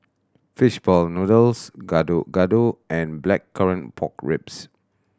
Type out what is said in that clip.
fish ball noodles Gado Gado and Blackcurrant Pork Ribs